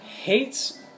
hates